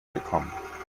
bekommen